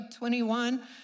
21